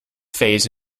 phase